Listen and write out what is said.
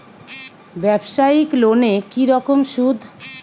ব্যবসায়িক লোনে কি রকম সুদ?